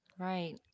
Right